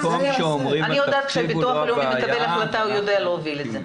אני יודעת שכשביטוח לאומי מקבל החלטה הוא יודע להוביל אותה.